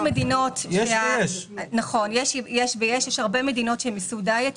יש הרבה מדינות שמיסו משקאות דיאט,